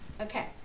Okay